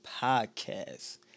podcast